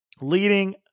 Leading